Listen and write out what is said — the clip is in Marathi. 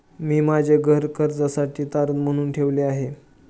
मी माझे घर कर्जासाठी तारण म्हणून ठेवले आहे